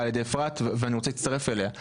על ידי אפרת ואני רוצה להצטרף אליה,